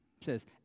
says